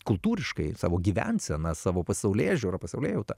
kultūriškai savo gyvensena savo pasaulėžiūra pasaulėjauta